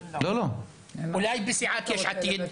אולי בסיעת יש עתיד?